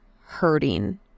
hurting